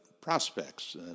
prospects